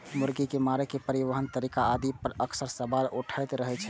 मुर्गी के मारै, परिवहन के तरीका आदि पर अक्सर सवाल उठैत रहै छै